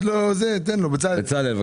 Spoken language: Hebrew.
24